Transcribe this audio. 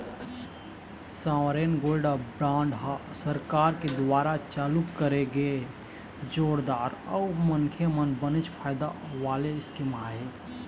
sovereign gold bond ह सरकार के दुवारा चालू करे गे जोरदार अउ मनखे मन बनेच फायदा वाले स्कीम आय